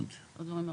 אלה לא דברים מהותיים.